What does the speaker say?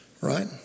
Right